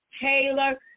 Taylor